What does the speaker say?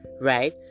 right